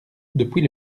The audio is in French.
depuis